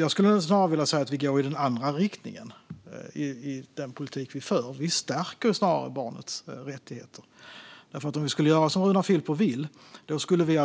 Jag skulle snarare vilja säga att vi går i den andra riktningen i den politik vi för. Vi stärker snarare barnets rättigheter. Om vi skulle göra som Runar Filper vill skulle vi,